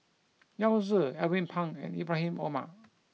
Yao Zi Alvin Pang and Ibrahim Omar